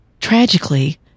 Tragically